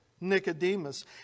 Nicodemus